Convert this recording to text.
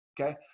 Okay